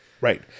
right